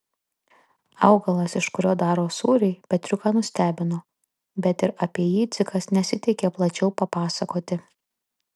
augalas iš kurio daro sūrį petriuką nustebino bet ir apie jį dzikas nesiteikė plačiau papasakoti